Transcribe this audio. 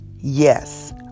Yes